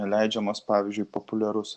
leidžiamas pavyzdžiui populiarus